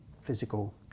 physical